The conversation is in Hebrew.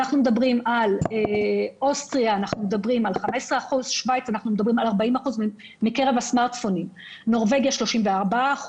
באוסטריה 15%, בשווייץ 40%, בנורבגיה 34%,